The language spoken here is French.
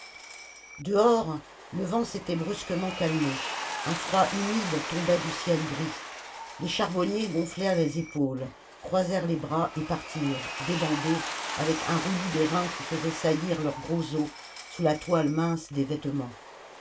dehors le vent s'était brusquement calmé un froid humide tombait du ciel gris les charbonniers gonflèrent les épaules croisèrent les bras et partirent débandés avec un roulis des reins qui faisait saillir leurs gros os sous la toile mince des vêtements